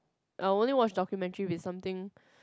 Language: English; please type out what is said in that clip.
I only watch documentary if it's something